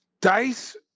Dice